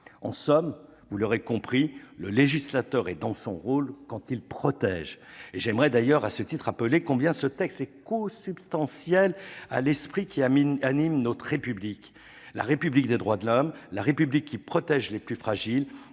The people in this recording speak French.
En somme, vous l'aurez compris, le législateur est dans son rôle quand il protège ! J'aimerais d'ailleurs, à ce titre, rappeler combien ce texte est consubstantiel de l'esprit qui anime notre République, la République des droits de l'homme, la République qui protège les plus fragiles,